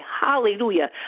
hallelujah